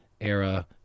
Era